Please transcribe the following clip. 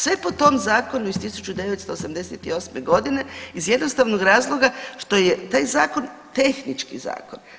Sve po tom zakonu iz 1988. godine iz jednostavnog razloga što je taj zakon tehnički zakon.